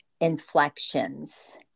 inflections